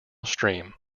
stream